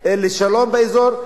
שלום באזור,